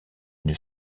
une